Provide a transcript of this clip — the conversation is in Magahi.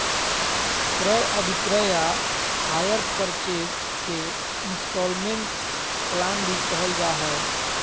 क्रय अभिक्रय या हायर परचेज के इन्स्टालमेन्ट प्लान भी कहल जा हय